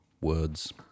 words